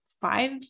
five